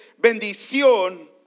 bendición